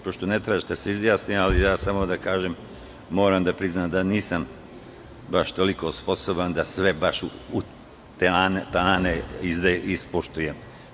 Pošto ne tražite da se izjasnimo, samo da kažem, moram da priznam da nisam baš toliko sposoban da sve baš ispoštujem.